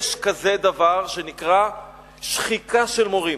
יש כזה דבר שנקרא שחיקה של מורים,